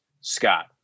scott